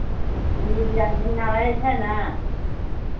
पण्डितजी आर बढ़िआँ रहै छै ने